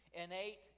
Innate